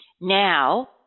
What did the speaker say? now